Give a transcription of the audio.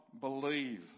believe